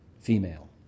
female